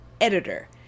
editor